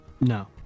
no